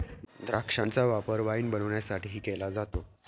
द्राक्षांचा वापर वाईन बनवण्यासाठीही केला जातो